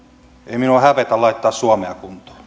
ei minua hävetä laittaa suomea kuntoon